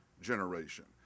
generation